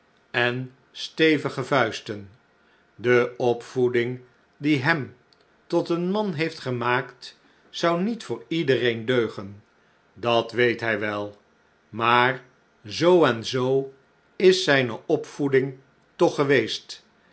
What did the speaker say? en stevige vuisten de opvoeding die hem tot een man heeft gemaakt zou niet voor iedereen deugen dat weet hj wel maar zoo en zoo is zijne opvoeding toch geweest